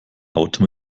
auto